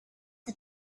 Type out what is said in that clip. the